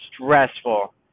stressful